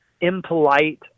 impolite